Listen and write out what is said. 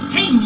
Hey